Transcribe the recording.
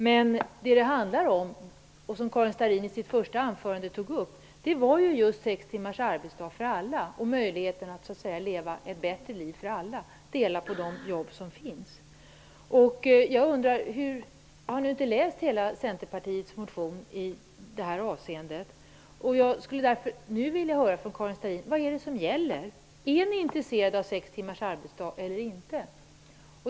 Vad det handlar om är just sex timmars arbetsdag som ger alla möjlighet att leva ett bättre liv -- det tog Karin Starrin upp i sitt första anförande. Det handlar om att man skall dela på de jobb som finns. Jag har inte läst hela Centerpartiets motion i denna fråga. Jag skulle därför nu vilja höra av Karin Starrin vad det är som gäller. Är ni intresserade av sex timmars arbetsdag eller inte?